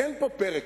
אין פה פרק,